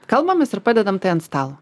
kalbamės ir padedam tai ant stalo